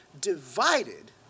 divided